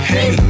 Hey